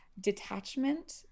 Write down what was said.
detachment